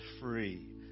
free